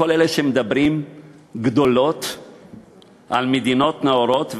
לכל אלו שמדברים גדולות על מדינות נאורות,